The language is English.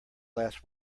last